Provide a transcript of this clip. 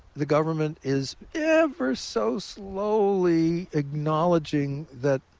the government is ever so slowly acknowledging that